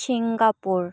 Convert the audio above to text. Singapore